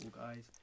guys